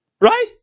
Right